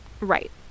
Right